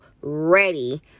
ready